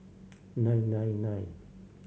nine nine nine